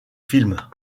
films